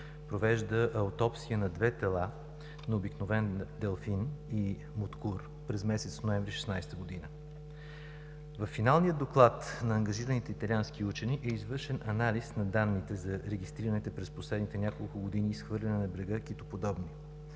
провежда аутопсия на две тела на обикновен делфин и муткур през месец ноември 2016 г. Във финалния доклад на ангажираните италиански учени е извършен анализ на данните за регистрираните през последните няколко години изхвърлени на брега китоподобни.